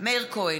מאיר כהן,